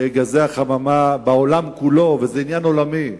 גזי החממה, וזה עניין עולמי,